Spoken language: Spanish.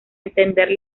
entender